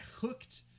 hooked